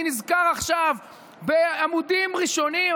אני נזכר עכשיו בעמודים ראשונים,